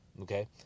Okay